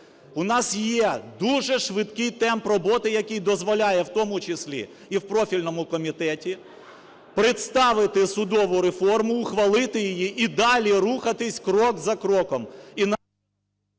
У нас є дуже швидкий темп роботи, який дозволяє в тому числі і в профільному комітеті представити судову реформу, ухвалити її і далі рухатися крок за кроком...